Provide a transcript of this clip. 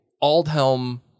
Aldhelm